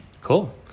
Cool